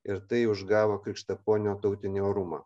ir tai užgavo krikštaponio tautinį orumą